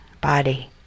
body